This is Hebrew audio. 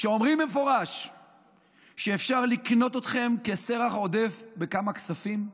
שאומרים במפורש שאפשר לקנות אתכם כסרח עודף בכמה כספים?